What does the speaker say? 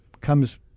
comes